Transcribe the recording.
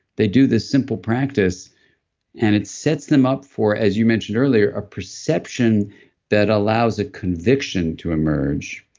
they do this simple practice and it sets them up for, as you mentioned earlier, a perception that allows a conviction to emerge,